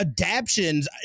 adaptions